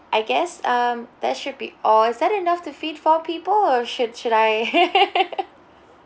I guess um that should be all is that enough to feed four people or should should I